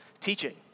teaching